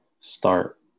start